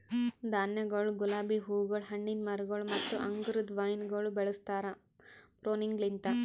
ಧಾನ್ಯಗೊಳ್, ಗುಲಾಬಿ ಹೂಗೊಳ್, ಹಣ್ಣಿನ ಮರಗೊಳ್ ಮತ್ತ ಅಂಗುರದ ವೈನಗೊಳ್ ಬೆಳುಸ್ತಾರ್ ಪ್ರೂನಿಂಗಲಿಂತ್